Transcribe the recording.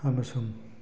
ꯑꯃꯁꯨꯡ